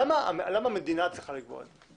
למה המדינה צריכה לקבוע את זה או צריכה לחייב את זה?